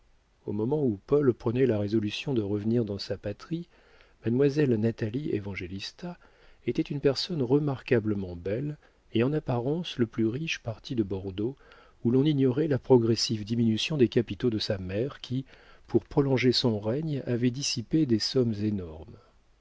au moment où paul prenait la résolution de revenir dans sa patrie mademoiselle natalie évangélista était une personne remarquablement belle et en apparence le plus riche parti de bordeaux où l'on ignorait la progressive diminution des capitaux de sa mère qui pour prolonger son règne avait dissipé des sommes énormes